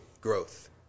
growth